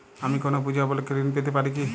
আমি কোনো পূজা উপলক্ষ্যে ঋন পেতে পারি কি?